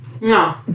No